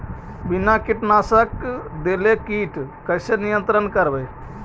बिना कीटनाशक देले किट कैसे नियंत्रन करबै?